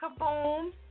kaboom